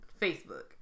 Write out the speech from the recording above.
Facebook